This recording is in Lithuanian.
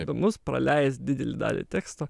įdomus praleist didelę dalį teksto